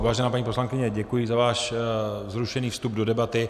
Vážená paní poslankyně, děkuji za váš vzrušený vstup do debaty.